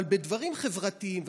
אבל בדברים חברתיים,